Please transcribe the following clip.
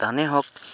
ধানেই হওক